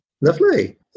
lovely